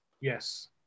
yes